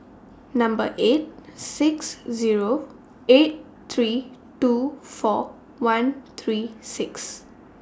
Number eight six Zero eight three two four one three six